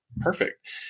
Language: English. Perfect